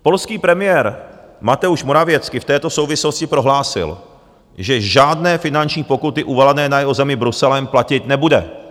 Polský premiér Mateusz Morawiecki v této souvislosti prohlásil, že žádné finanční pokuty uvalené na jeho zemi Bruselem platit nebude.